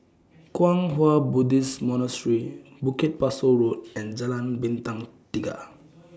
Kwang Hua Buddhist Monastery Bukit Pasoh Road and Jalan Bintang Tiga